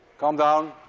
calm down.